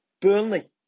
Burnley